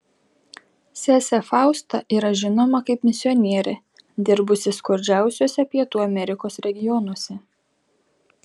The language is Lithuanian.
sesė fausta yra žinoma kaip misionierė dirbusi skurdžiausiuose pietų amerikos regionuose